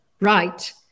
right